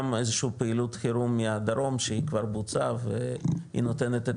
איזושהי פעילות חירום מהדרום שהיא כבר בוצעה והיא נותנת את